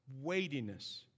weightiness